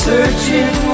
Searching